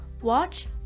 watch